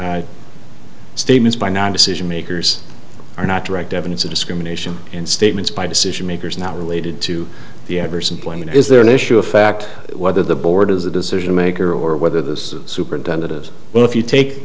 is statements by non decision makers are not direct evidence of discrimination and statements by decision makers not related to the adverse employment is there an issue of fact whether the board is the decision maker or whether the superintendent as well if you take